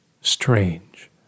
strange